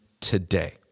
today